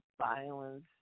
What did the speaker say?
violence